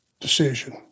decision